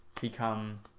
Become